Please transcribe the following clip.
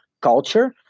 culture